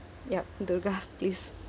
yup dhurga please